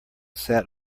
sat